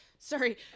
Sorry